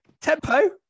tempo